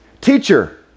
Teacher